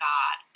God